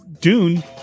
dune